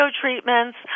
treatments